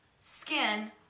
skin